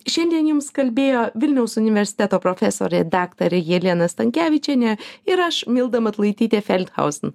šiandien jums kalbėjo vilniaus universiteto profesorė daktarė jelena stankevičienė ir aš milda matulaitytė feldhausen